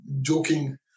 joking